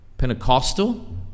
Pentecostal